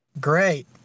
Great